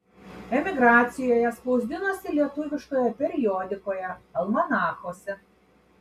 emigracijoje spausdinosi lietuviškoje periodikoje almanachuose